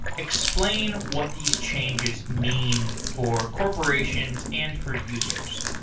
explain what these changes mean for corporations and for users.